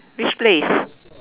which place